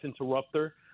interrupter